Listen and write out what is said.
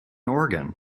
organ